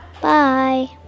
Bye